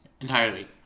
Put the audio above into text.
entirely